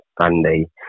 Sunday